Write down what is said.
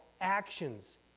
actions